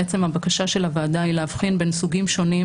בעצם הבקשה של הוועדה היא להבחין בין סוגים שונים